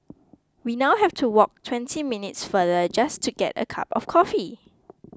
we now have to walk twenty minutes farther just to get a cup of coffee